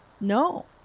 No